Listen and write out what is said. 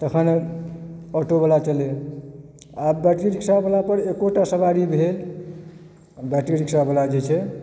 तखन ऑटोवला चलए आ बैट्री रिक्सा वला पर एकोटा सवारी भेल बैट्री रिक्शा वला जे छै